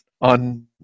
on